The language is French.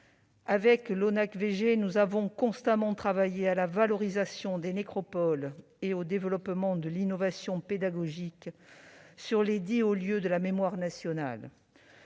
Avec l'ONACVG, nous avons constamment travaillé à la valorisation des nécropoles et au développement de l'innovation pédagogique sur les dix hauts lieux de la mémoire nationale.